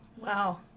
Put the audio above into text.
Wow